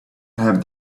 have